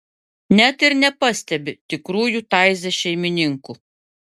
net ir nepastebi tikrųjų taize šeimininkų